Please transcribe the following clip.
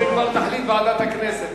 בזה כבר תחליט ועדת הכנסת.